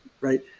right